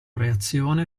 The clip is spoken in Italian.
reazione